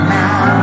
now